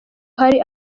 hari